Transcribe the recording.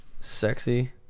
sexy